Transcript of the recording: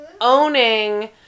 owning